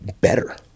better